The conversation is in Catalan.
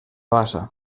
bassa